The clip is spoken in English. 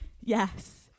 Yes